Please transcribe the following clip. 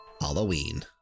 Halloween